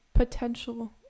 Potential